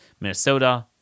Minnesota